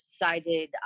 decided